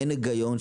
אין היגיון,